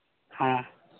ᱦᱮᱸ